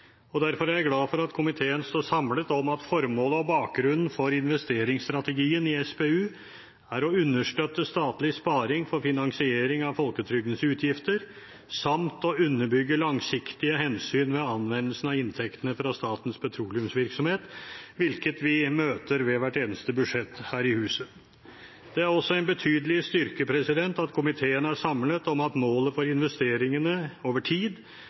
sparepenger. Derfor er jeg glad for at komiteen står samlet om at formålet med og bakgrunnen for investeringsstrategien i SPU er å understøtte statlig sparing for finansiering av folketrygdens utgifter, samt å underbygge langsiktige hensyn ved anvendelsen av inntektene fra statens petroleumsvirksomhet, hvilket vi møter ved hvert eneste budsjett her i huset. Det er også en betydelig styrke at komiteen er samlet om at målet for investeringene over tid